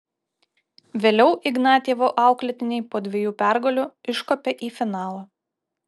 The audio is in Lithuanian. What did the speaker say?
vėliau ignatjevo auklėtiniai po dviejų pergalių iškopė į finalą